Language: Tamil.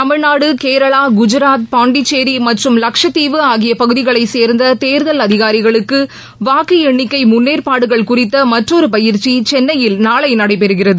தமிழ்நாடு கேரளா குஜராத் பாண்டிச்சேரி மற்றும் லட்சத்தீவு ஆகிய பகுதிகளை சேர்ந்த தேர்தல் அதிகாரிகளுக்கு வாக்கு எண்ணிக்கை முன்னேற்பாடுகள் குறித்த மற்றொரு பயிற்சி சென்னையில் நாளை நடைபெறுகிறது